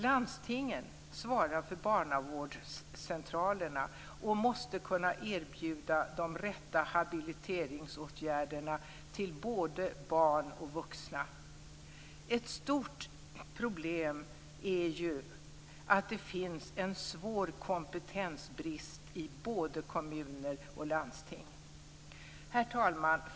Landstingen svarar för barnavårdscentralerna och måste kunna erbjuda de rätta habiliteringsåtgärderna till både barn och vuxna. Ett stort problem är ju att det finns en svår kompetensbrist i både kommuner och landsting. Herr talman!